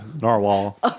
narwhal